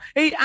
Hey